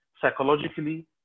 psychologically